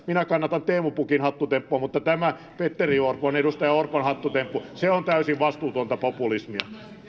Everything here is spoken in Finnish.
minä kannatan teemu pukin hattutemppua mutta tämä edustaja orpon hattutemppu on täysin vastuutonta populismia